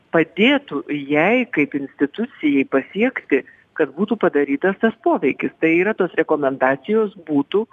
padėtų jai kaip institucijai pasiekti kad būtų padarytas tas poveikis tai yra tos rekomendacijos būtų